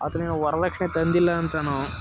ವರ್ದಕ್ಷಿಣೆ ತಂದಿಲ್ಲ ಅಂತಲೋ